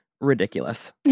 ridiculous